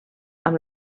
amb